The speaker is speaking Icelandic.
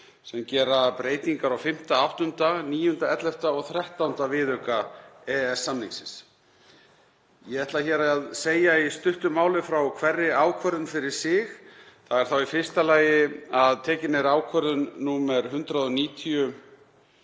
sem gera breytingar á V., VIII., IX., XI. og XIII. viðauka EES-samningsins. Ég ætla hér að segja í stuttu máli frá hverri ákvörðun fyrir sig. Það er þá í fyrsta lagi að tekin er fyrir ákvörðun nr.